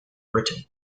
britain